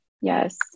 yes